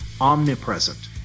omnipresent